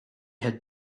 had